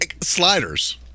sliders